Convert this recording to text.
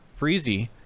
freezy